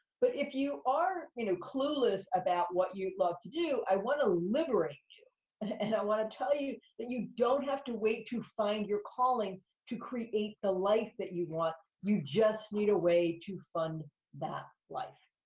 but if you are, you know, clueless about what you love to do, i wanna liberate you, and i wanna tell you that you don't have to wait to find your calling to create the life that you want you just need a way to fund that life.